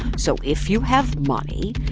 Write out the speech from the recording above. so if you have money,